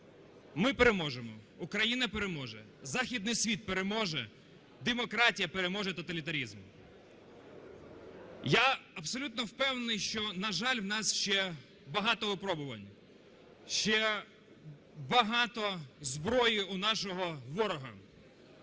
ми переможемо, Україна переможе, західний світ переможе, демократія переможе тоталітаризм. Я абсолютно впевнений, що, на жаль, у нас ще багато випробувань, ще багато зброї у нашого ворога,